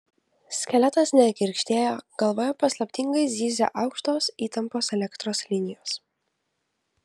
skeletas negirgždėjo galvoje paslaptingai zyzė aukštos įtampos elektros linijos